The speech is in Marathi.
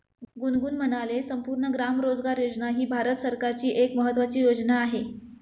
गुनगुन म्हणाले, संपूर्ण ग्राम रोजगार योजना ही भारत सरकारची एक महत्त्वाची योजना आहे